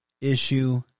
issue